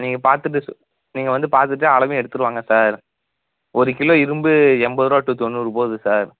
நீங்கள் பார்த்துட்டு நீங்கள் வந்து பார்த்துட்டு அளவையும் எடுத்துகிட்டு வாங்க சார் ஒரு கிலோ இரும்பு எண்பது ருபா டூ தொண்ணூறு போகுது சார்